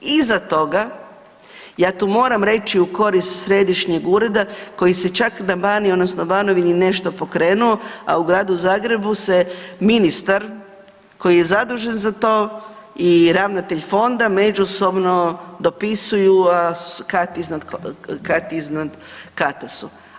Iza toga ja tu moram reći u korist Središnjeg ureda, koji se čak na Baniji, odnosno Banovini, nešto pokrenuo, a u Gradu Zagrebu se ministar koji je zadužen za to, i ravnatelj Fonda međusobno dopisuju, a kad iznad kata su.